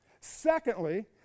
Secondly